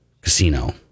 casino